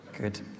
good